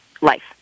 life